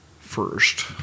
first